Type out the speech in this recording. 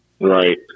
right